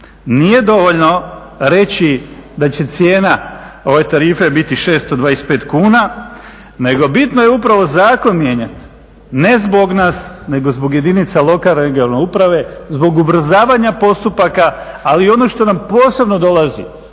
Nije dovoljno reći da će cijena tarife biti 625 kuna, nego bitno je upravo zakon mijenjati. Ne zbog nas nego zbog jedinica lokalne i regionalne uprave, zbog ubrzavanja postupaka. Ali i ono što nam posebno dolazi